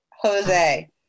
Jose